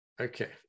Okay